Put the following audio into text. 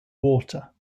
water